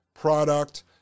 product